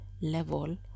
level